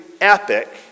epic